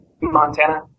Montana